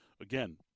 Again